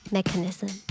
Mechanism